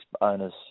owners